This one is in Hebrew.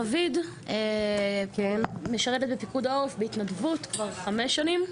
רביד, משרתת בפיקוד העורף בהתנדבות כבר 5 שנים.